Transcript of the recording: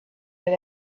that